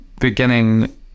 Beginning